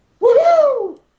Woohoo